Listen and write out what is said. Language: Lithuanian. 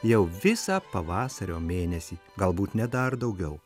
jau visą pavasario mėnesį galbūt net dar daugiau